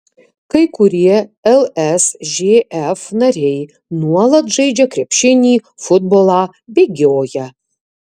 kai kurie lsžf nariai nuolat žaidžia krepšinį futbolą bėgioja